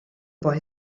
boy